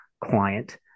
client